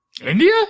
India